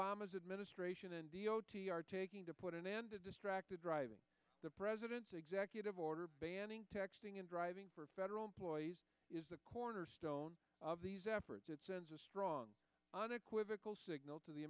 obama's administration and are taking to put an end to distracted driving the president's executive order banning texting and driving for federal employees is the cornerstone of these efforts it sends a strong unequivocal signal to the